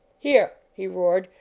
here! he roared,